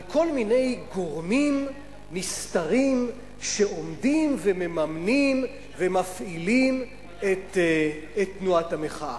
על כל מיני גורמים נסתרים שעומדים ומממנים ומפעילים את תנועת המחאה.